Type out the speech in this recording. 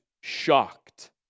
shocked